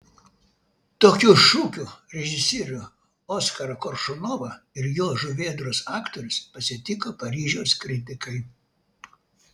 tokiu šūkiu režisierių oskarą koršunovą ir jo žuvėdros aktorius pasitiko paryžiaus kritikai